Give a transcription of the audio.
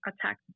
attack